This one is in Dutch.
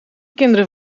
kinderen